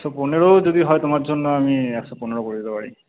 একশো পনেরোও যদি হয় তোমার জন্য আমি একশো পনেরো করে দিতে পারি